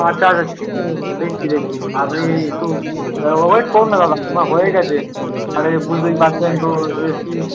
আচ্ছা আচ্ছা ঠিক আছে দেখছি দেখছি আপনি একটু ওয়েট করুন না দাদা আমার হয়ে গেছে তাহলে বুঝতেই পারছেন একটু এসি